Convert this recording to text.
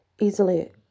easily